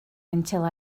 until